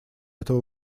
этого